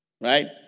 Right